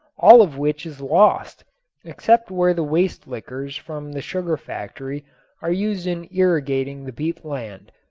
all of which is lost except where the waste liquors from the sugar factory are used in irrigating the beet land.